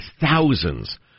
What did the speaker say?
thousands